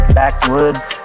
backwoods